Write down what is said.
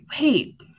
Wait